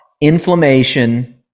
inflammation